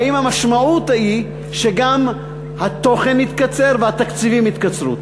האם המשמעות היא שגם התוכן התקצר והתקציבים התקצרו.